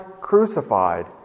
crucified